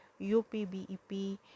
UPBEP